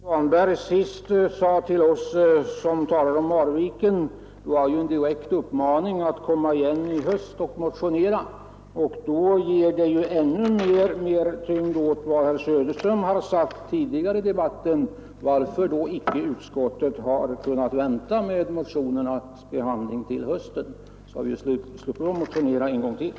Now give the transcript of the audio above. Herr talman! Det herr Svanberg sist sade till oss som talat om Marviken var ju en direkt uppmaning att komma igen i höst och motionera. Det ger ju ännu mera tyngd åt vad herr Söderström sagt tidigare i debatten: Varför har då icke utskottet kunnat vänta med motionernas behandling till hösten? I så fall hade vi sluppit motionera en gång till.